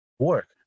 work